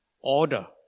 order